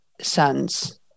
sons